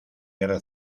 guerra